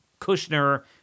Kushner